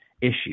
issue